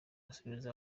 asubiza